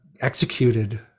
executed